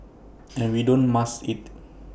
and we don't mask IT